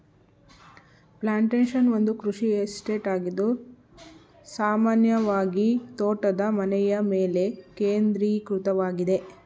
plantation ಒಂದು ಕೃಷಿ estate ಆಗಿದ್ದು ಸಾಮಾನ್ಯವಾಗಿತೋಟದ ಮನೆಯಮೇಲೆ ಕೇಂದ್ರೀಕೃತವಾಗಿದೆ